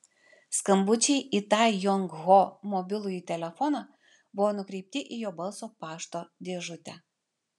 skambučiai į tai jong ho mobilųjį telefoną buvo nukreipti į jo balso pašto dėžutę